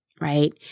right